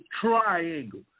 Triangle